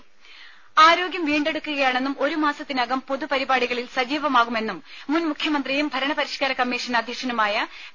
ദരര ആരോഗ്യം വീണ്ടെടുക്കുകയാണെന്നും ഒരുമാസത്തിനകം പൊതു പരിപാടികളിൽ സജീവമാകുമെന്നും മുൻ മുഖ്യമന്ത്രിയും ഭരണപരിഷ്കാര കമ്മിഷൻ അധ്യക്ഷനുമായ വി